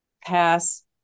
pass